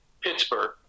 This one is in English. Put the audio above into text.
Pittsburgh